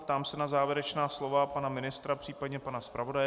Ptám se na závěrečná slova pana ministra, případně pana zpravodaje.